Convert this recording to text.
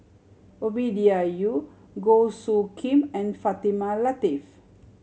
Ovidia Yu Goh Soo Khim and Fatimah Lateef